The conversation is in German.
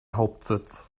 hauptsitz